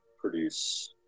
produce